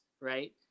Right